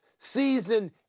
season